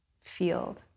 field